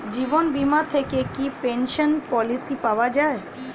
জীবন বীমা থেকে কি পেনশন পলিসি পাওয়া যায়?